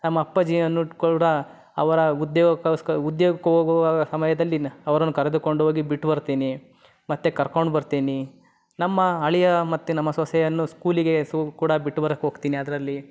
ನಮ್ಮ ಅಪ್ಪಾಜಿಯನ್ನು ಕೂಡ ಅವರ ಉದ್ಯೋಗಕ್ಕೋಸ್ಕರ ಉದ್ಯೋಗಕ್ಕೆ ಹೋಗುವಾಗ ಸಮಯದಲ್ಲಿ ಅವ್ರನ್ನು ಕರೆದುಕೊಂಡು ಹೋಗಿ ಬಿಟ್ಟು ಬರ್ತೀನಿ ಮತ್ತು ಕರ್ಕೊಂಡು ಬರ್ತೀನಿ ನಮ್ಮ ಅಳಿಯ ಮತ್ತು ನಮ್ಮ ಸೊಸೆಯನ್ನು ಸ್ಕೂಲಿಗೆ ಸೊ ಕೂಡ ಬಿಟ್ಟು ಬರಕ್ಕೆ ಹೋಗ್ತೀನಿ ಅದರಲ್ಲಿ